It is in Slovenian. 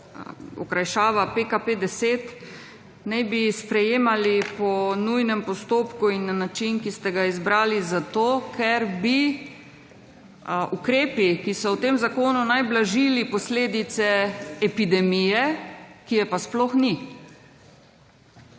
okrajšava PKP10, naj bi sprejemali po nujnem postopku in na način, ki ste ga izbrali zato, ker bi ukrepi, ki so v tem zakonu naj blažili posledice epidemije, ki je pa sploh ni.